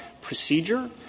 procedure